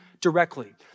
directly